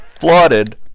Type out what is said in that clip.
flooded